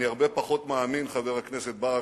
אני הרבה פחות מאמין, חבר הכנסת ברכה,